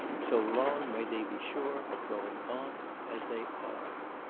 so long may they be sure of going on as they are.